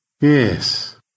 Yes